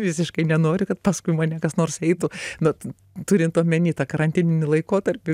visiškai nenoriu kad paskui mane kas nors eitų bet turint omeny tą karantininį laikotarpį